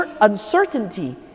uncertainty